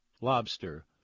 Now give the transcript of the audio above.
Lobster